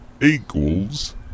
equals